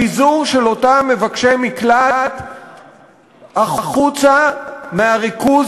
פיזור של אותם מבקשי מקלט החוצה מהריכוז